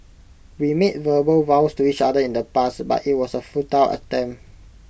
we made verbal vows to each other in the past but IT was A futile attempt